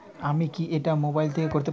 আমি কি এটা মোবাইল থেকে করতে পারবো?